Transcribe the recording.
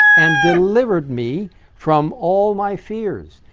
and delivered me from all my fears.